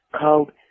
called